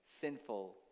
sinful